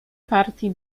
partii